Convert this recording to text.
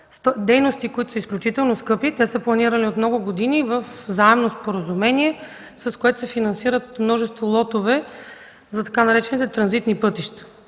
дейности, които са изключително скъпи. Те са планирани от много години със заемно споразумение, с което се финансират множество лотове за така наречените „транзитни пътища”.